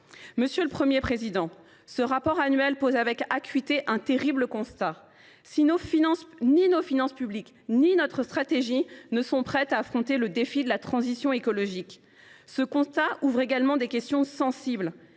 Monsieur le Premier président, ce rapport annuel pose avec acuité un terrible constat : ni nos finances publiques ni notre stratégie ne sont prêtes à affronter le défi de la transition écologique. Ce constat suscite également des questions sensibles